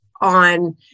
on